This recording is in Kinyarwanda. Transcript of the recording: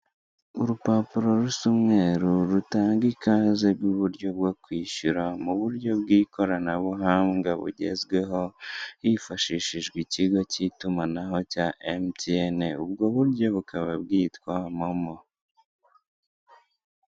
Urupapuro rusa umweru rutanga ikaze rw'uburyo bwo kwishyura mu buryo bw'ikoranabuhanga bugezweho, hifashishijwe ikigo cy'itumanaho cya emutiyene, ubwo buryo bukaba bwitwa momo.